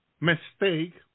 mistake